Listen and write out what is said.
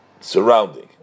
Surrounding